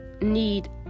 need